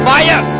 Fire